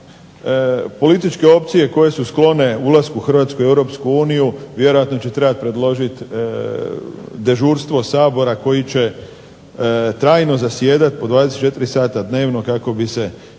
političke opcije koje su sklone ulasku Hrvatske u Europsku uniju vjerojatno će trebati predložiti dežurstvo Sabora koji će trajno zasjedati po 24 sata dnevno kako bi se